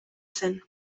zen